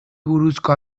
buruzko